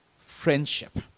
friendship